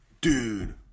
Dude